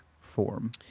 form